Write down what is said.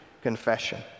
confession